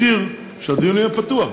הצהיר שהדיון יהיה פתוח.